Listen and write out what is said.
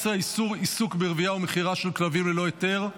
12) (איסור עיסוק ברבייה ובמכירה של כלבים ללא היתר),